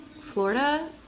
Florida